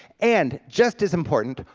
and, just as important,